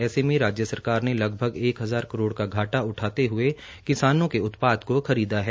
ऐसे में राज्य सरकार ने लगभग एक हजार करोड़ का घाटा उठाते हुए किसानों के उत्पाद को खरीदा है